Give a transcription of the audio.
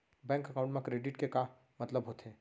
Bank account मा credit के का मतलब होथे?